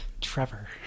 Trevor